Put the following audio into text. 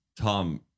Tom